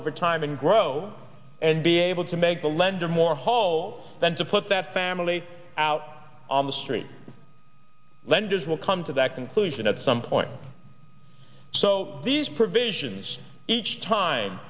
over time and grow and be able to make the lender more holes than to put that family out on the street lenders will come to that conclusion at some point so these provisions each time